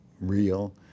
real